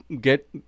get